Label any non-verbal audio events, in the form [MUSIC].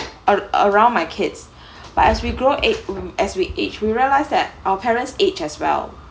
a~ around my kids [BREATH] but as we grow at um as we age we realize that our parents age as well